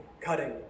cutting